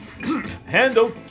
handle